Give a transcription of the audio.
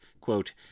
quote